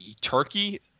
Turkey